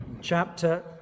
chapter